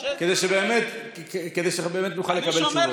כדי שאנחנו באמת נוכל לקבל תשובות.